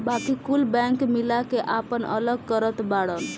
बाकी कुल बैंक मिला के आपन अलग करत बाड़न